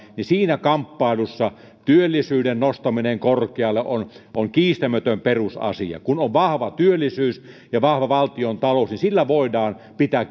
niin siinä kamppailussa työllisyyden nostaminen korkealle on on kiistämätön perusasia kun on vahva työllisyys ja vahva valtiontalous niin niillä voidaan pitää